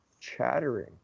chattering